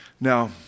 Now